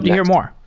yeah hear more.